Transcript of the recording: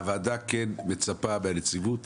הוועדה כן מצפה מהנציבות